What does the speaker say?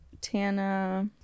Tana